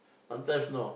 sometimes no